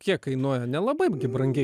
kiek kainuoja nelabai brangi